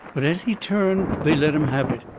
but as he turned they let him have it.